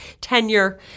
tenure